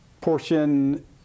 portion